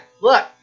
look